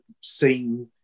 seen